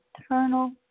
eternal